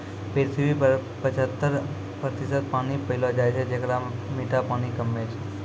पृथ्वी पर पचहत्तर प्रतिशत पानी पैलो जाय छै, जेकरा म मीठा पानी कम्मे छै